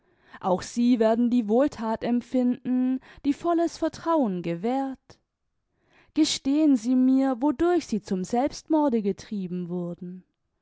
auch sie werden die wohlthat empfinden die volles vertrauen gewährt gestehen sie mir wodurch sie zum selbstmorde getrieben wurden